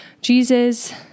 Jesus